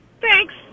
Thanks